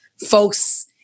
folks